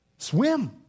Swim